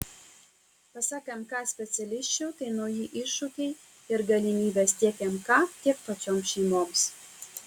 pasak mk specialisčių tai nauji iššūkiai ir galimybės tiek mk tiek pačioms šeimoms